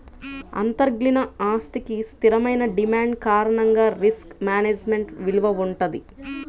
అంతర్లీన ఆస్తికి స్థిరమైన డిమాండ్ కారణంగా రిస్క్ మేనేజ్మెంట్ విలువ వుంటది